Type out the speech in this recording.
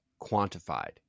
quantified